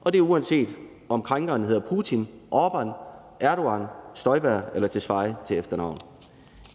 og det er, uanset om krænkeren hedder Putin, Orbán, Erdogan, Støjberg eller Tesfaye til efternavn.